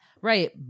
Right